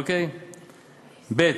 ב.